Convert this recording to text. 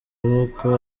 boko